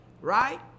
right